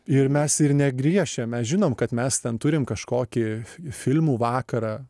ir mes ir negriešijam mes žinom kad mes ten turim kažkokį filmų vakarą